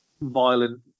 violent